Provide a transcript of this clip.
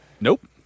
Nope